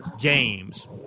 games